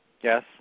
Yes